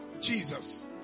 Jesus